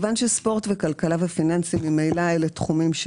כיוון שספורט וכלכלה ופיננסים ממילא אלה תחומים,